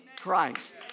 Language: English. Christ